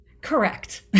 correct